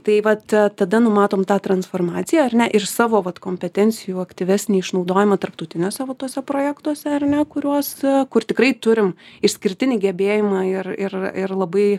tai vat tada numatom tą transformaciją ar ne ir savo vat kompetencijų aktyvesnį išnaudojimą tarptautiniuose va tuose projektuose ar ne kuriuos kur tikrai turim išskirtinį gebėjimą ir ir ir labai